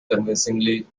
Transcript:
convincingly